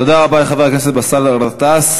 תודה רבה לחבר הכנסת באסל גטאס.